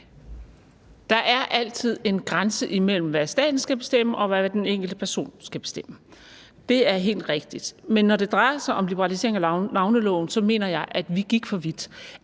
Der er altid en grænse mellem, hvad staten skal bestemme, og hvad den enkelte person skal bestemme. Det er helt rigtigt. Men når det drejer sig om liberaliseringen af navneloven, mener jeg, at vi gik for vidt.